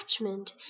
attachment